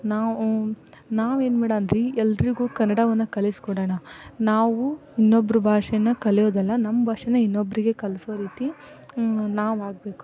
ನಾವು ನಾವು ಏನು ಮಾಡಾಣ್ರಿ ಎಲ್ರಿಗೂ ಕನ್ನಡವನ್ನು ಕಲಿಸ್ಕೊಡೋಣ ನಾವು ಇನ್ನೊಬ್ರ ಭಾಷೇನ್ನ ಕಲಿಯೋದಲ್ಲ ನಮ್ಮ ಭಾಷೇನ ಇನ್ನೊಬ್ಬರಿಗೆ ಕಲಿಸೋ ರೀತಿ ನಾವು ಆಗಬೇಕು